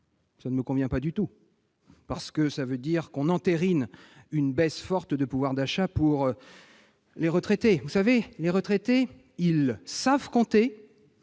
ne me convient pas du tout, parce que cela veut dire que l'on entérine une baisse forte de pouvoir d'achat pour les retraités. Vous savez, les retraités savent compter,